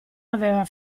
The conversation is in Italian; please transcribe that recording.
aveva